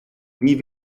wie